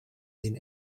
then